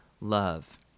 love